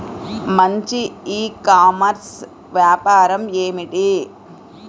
మంచి e commerce వ్యాపారం ఏమిటీ?